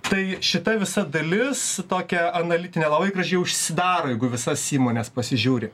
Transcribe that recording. tai šita visa dalis tokia analitinė labai gražiai užsidaro jeigu į visas įmones pasižiūri